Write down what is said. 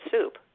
soup